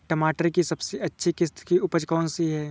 टमाटर की सबसे अच्छी किश्त की उपज कौन सी है?